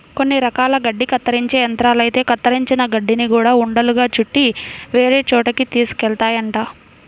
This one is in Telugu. కొన్ని రకాల గడ్డి కత్తిరించే యంత్రాలైతే కత్తిరించిన గడ్డిని గూడా ఉండలుగా చుట్టి వేరే చోటకి తీసుకెళ్తాయంట